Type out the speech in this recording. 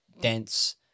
dense